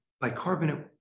Bicarbonate